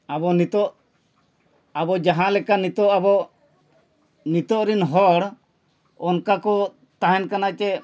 ᱟᱵᱚ ᱱᱤᱛᱳᱜ ᱟᱵᱚ ᱡᱟᱦᱟᱸ ᱞᱮᱠᱟ ᱱᱤᱛᱳᱜ ᱟᱵᱚ ᱱᱤᱛᱳᱜ ᱨᱤᱱ ᱦᱚᱲ ᱚᱱᱠᱟ ᱠᱚ ᱛᱟᱦᱮᱱ ᱠᱟᱱᱟ ᱡᱮ